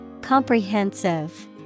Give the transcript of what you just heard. Comprehensive